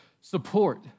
support